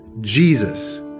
Jesus